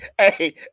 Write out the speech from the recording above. hey